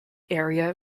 area